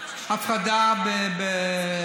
של הפרדה בתפילה,